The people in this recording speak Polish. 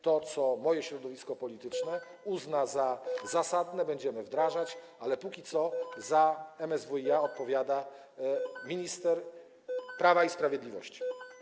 To, co moje środowisko polityczne uzna za zasadne, będziemy wdrażać, ale póki co za MSWiA odpowiada minister Prawa i Sprawiedliwości.